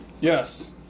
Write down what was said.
Yes